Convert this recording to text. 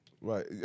right